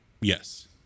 Yes